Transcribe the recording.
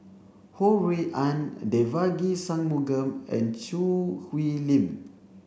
Ho Rui An Devagi Sanmugam and Choo Hwee Lim